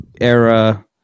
era